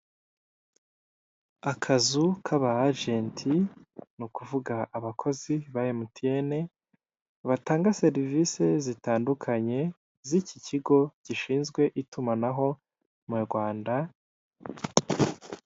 Akazu kaba ajenti nukuvuga abakozi ba MTN batanga serivise zitandukanye zicyi kigo gishinzwe itumanaho m'urwanda.